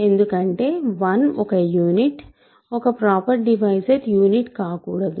ఎందుకంటే 1 ఒక యూనిట్ ఒక ప్రాపర్ డివైజర్ యూనిట్ కాకూడదు